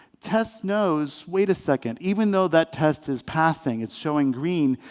tess knows, wait a second. even though that test is passing, it's showing green.